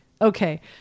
Okay